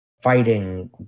fighting